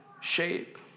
shape